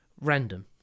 Random